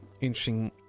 interesting